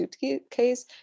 suitcase